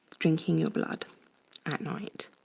drinking your blood at night.